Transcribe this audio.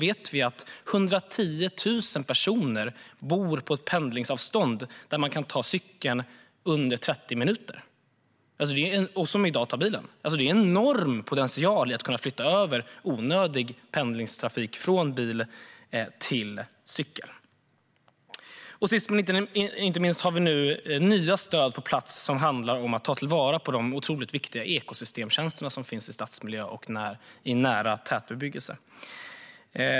110 000 personer bor med ett pendlingsavstånd som gör att de kan ta cykeln på under 30 minuter men tar i dag bilen. Det finns en enorm potential i att flytta över onödig bilpendlingstrafik till cykel. Sist men inte minst har vi nu på plats nya stöd som handlar om att ta till vara de otroligt viktiga ekosystemtjänster som finns i stadsmiljö och i nära tätbebyggelse.